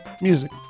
music